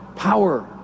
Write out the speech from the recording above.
power